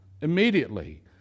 immediately